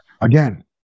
Again